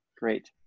Great